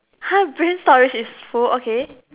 !huh! brain storage is full okay